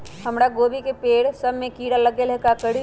हमरा गोभी के पेड़ सब में किरा लग गेल का करी?